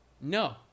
No